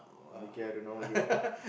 okay I don't know again ya